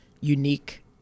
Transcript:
unique